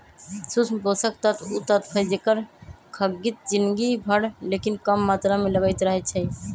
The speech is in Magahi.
सूक्ष्म पोषक तत्व उ तत्व हइ जेकर खग्गित जिनगी भर लेकिन कम मात्र में लगइत रहै छइ